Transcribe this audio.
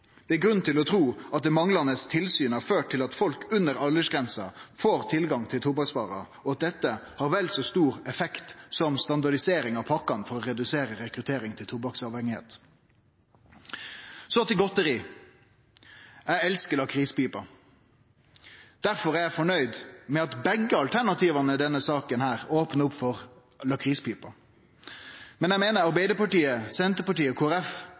Det er grunn til å tru at det manglande tilsynet har ført til at folk under aldersgrensa får tilgang til tobakksvarer, og at dette har vel så stor effekt som standardisering av pakkane for å redusere rekruttering til tobakksavhengnad. Så til godteri: Eg elskar lakrispiper, difor er eg fornøgd med at begge alternativa i denne saka opnar opp for lakrispiper. Men eg meiner at Arbeidarpartiet, Senterpartiet og